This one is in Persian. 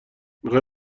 میخان